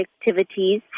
activities